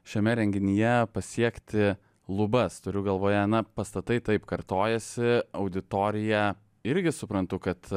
šiame renginyje pasiekti lubas turiu galvoje na pastatai taip kartojasi auditorija irgi suprantu kad